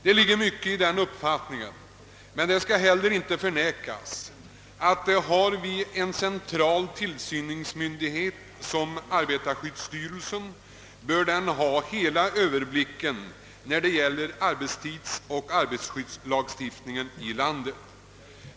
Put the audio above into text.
Det ligger mycket i den uppfatt ningen, men det bör heller inte förnekas att om vi har en central tillsynsmyndighet som arbetarskyddsstyrelsen bör den ha hela överblicken när det gäller arbetstidsoch arbetarskyddslagstiftningen i landet.